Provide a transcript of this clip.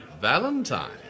Valentine